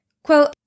Quote